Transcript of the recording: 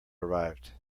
arrived